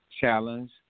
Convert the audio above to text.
challenge